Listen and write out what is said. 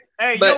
hey